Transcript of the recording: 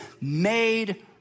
made